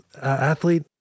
athlete